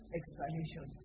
explanation